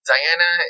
Diana